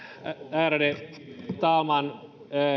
ärade talman